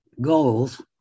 goals